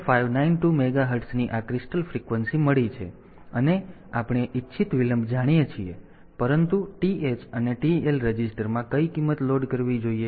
0592 મેગાહર્ટ્ઝની આ crystal frequency મળી છે અને આપણે ઇચ્છિત વિલંબ જાણીએ છીએ પરંતુ TH અને TL રજિસ્ટરમાં કઈ કિંમત લોડ કરવી જોઈએ